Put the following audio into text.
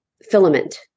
filament